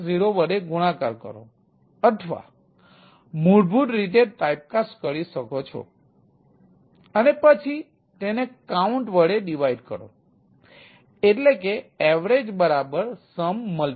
0 વડે ગુણાકાર કરો અથવા મૂળભૂત રીતે ટાઇપકાસ્ટ કરી શકો છો અને પછી તેને count વડે ડિવાઇડ કરો averagesum 1